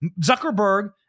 Zuckerberg